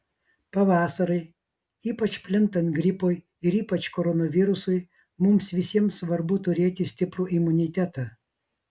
pavasarį ypač plintant gripui ir ypač koronavirusui mums visiems svarbu turėti stiprų imunitetą